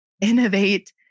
innovate